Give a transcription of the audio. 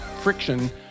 friction